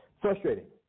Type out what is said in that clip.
frustrating